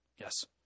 yes